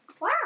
Wow